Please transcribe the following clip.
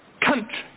country